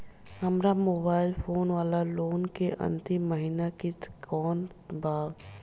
हमार mobile phone वाला loan के अंतिम महिना किश्त कौन बा?